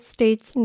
States